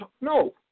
No